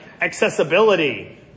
accessibility